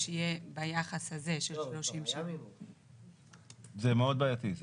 יהיה ביחס הזה 30:70. זה מאוד בעייתי.